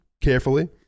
carefully